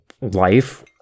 life